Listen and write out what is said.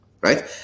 right